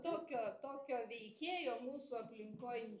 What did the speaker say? tokio tokio veikėjo mūsų aplinkoj